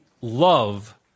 love